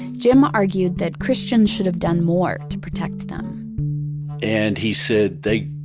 jim argued that christians should have done more to protect them and he said they